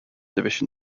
division